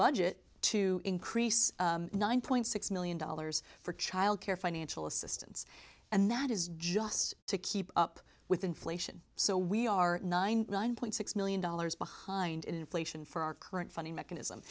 budget to increase nine point six million dollars for child care financial assistance and that is just to keep up with inflation so we are nine nine point six million dollars behind inflation for our current funding mechanism